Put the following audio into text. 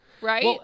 right